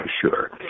Sure